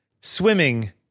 swimming